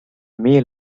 meal